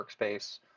workspace